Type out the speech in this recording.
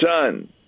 son